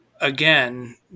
again